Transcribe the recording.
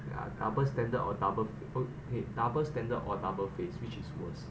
ya double standard or double oh okay double standard or double face which is worst